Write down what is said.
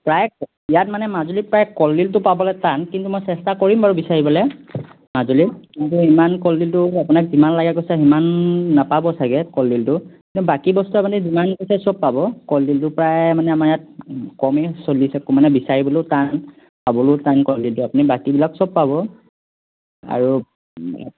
প্ৰায় ইয়াত মানে মাজুলীত প্ৰায় কলডিলটো পাবলৈ টান কিন্তু মই চেষ্টা কৰিম বাৰু বিচাৰিবলৈ মাজুলীত কিন্তু ইমান কলডিলটো আপোনাক যিমান লাগে কৈছে সিমান নাপাব চাগে কলডিলটো কিন্তু বাকী বস্তু আপুনি যিমান কৈছে সব পাব কলডিলটো প্ৰায় মানে আমাৰ ইয়াত কমেই চলিছে মানে বিচাৰিবলৈও টান পাবলৈও টান কলডিলটো আপুনি বাকীবিলাক সব পাব আৰু